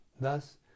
Thus